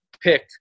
pick